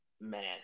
Man